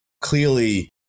Clearly